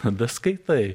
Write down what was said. tada skaitai